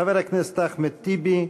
חבר הכנסת אחמד טיבי,